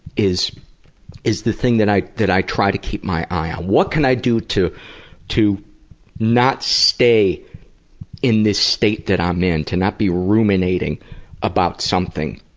is is the thing that i that i try to keep my eye on. what can i do to to not stay in this state that i'm um in to not be ruminating about something.